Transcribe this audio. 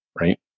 right